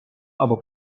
або